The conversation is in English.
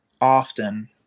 often